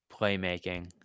playmaking